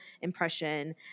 impression